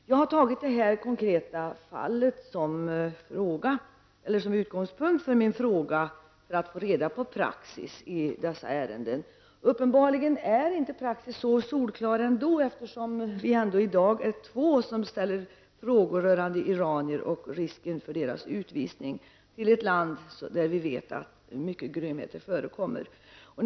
Jag har tagit det här konkreta fallet som utgångspunkt för min fråga i syfte att få reda på praxis i dessa ärenden. Uppenbarligen är inte praxis så solklar, eftersom vi i dag är två som ställer frågor rörande iranier som riskerar att utvisas till sitt hemland, där vi vet att det förekommer mycket grymhet.